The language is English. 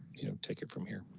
you know, take it from here.